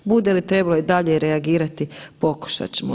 Bude li trebalo i dalje reagirati pokušat ćemo.